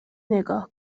نگاه